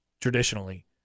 traditionally